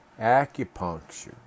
acupuncture